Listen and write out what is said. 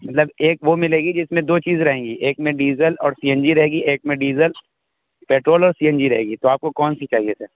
مطلب ایک وہ ملے گی جس میں دو چیز رہیں گی ایک میں ڈیزل اور سی این جی رہے گی ایک میں ڈیزل پٹرول اور سی این جی رہے گی آپ کو کون سی چاہیے سر